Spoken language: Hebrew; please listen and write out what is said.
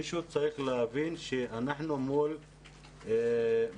מישהו צריך להבין שאנחנו מול תלמיד,